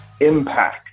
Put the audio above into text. impact